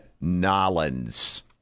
Nolens